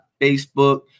Facebook